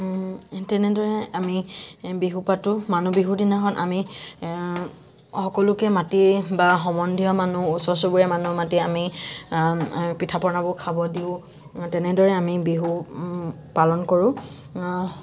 তেনেদৰেই আমি বিহু পাতো মানুহ বিহু দিনাখন আমি সকলোকে মাতি বা সম্বন্ধীয় মানুহ ওচৰ চুবুৰীয়া মানুহ মাতি আমি পিঠা পনাবোৰ খাব দিওঁ তেনেদৰেই আমি বিহু পালন কৰো